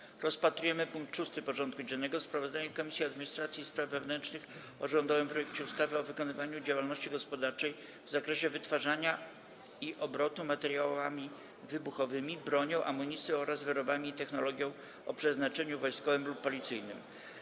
Powracamy do rozpatrzenia punktu 6. porządku dziennego: Sprawozdanie Komisji Administracji i Spraw Wewnętrznych o rządowym projekcie ustawy o wykonywaniu działalności gospodarczej w zakresie wytwarzania i obrotu materiałami wybuchowymi, bronią, amunicją oraz wyrobami i technologią o przeznaczeniu wojskowym lub policyjnym.